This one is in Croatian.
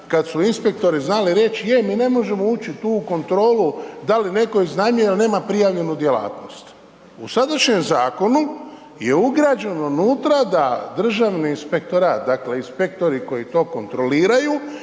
kad su inspektori znali reći je, mi ne možemo ući tu u kontrolu da li netko iznajmljuje jer nema prijavljenu djelatnost. U sadašnjem Zakonu je ugrađeno unutra da Državni inspektorat, dakle inspektori koji to kontroliraju